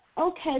okay